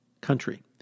country